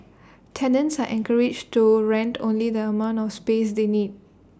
tenants are encouraged to rent only the amount of space they need